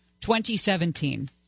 2017